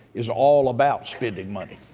is all about spending money.